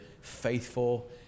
faithful